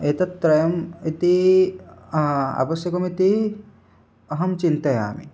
एतत् त्रयम् इति आवश्यकाः इति अहं चिन्तयामि